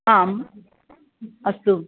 आम् अस्तु